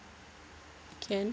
can